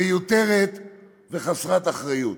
מיותרת וחסרת אחריות.